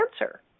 answer